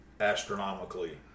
astronomically